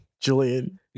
Julian